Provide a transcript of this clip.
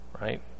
right